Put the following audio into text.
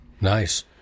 Nice